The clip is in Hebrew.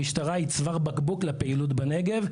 המשטרה היא צוואר בקבוק לפעילות בנגב.